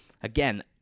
again